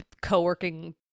Co-working